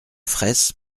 fraysse